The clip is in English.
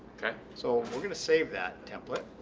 okay. so we're going to save that template.